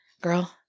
girl